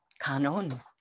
Kanon